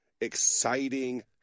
exciting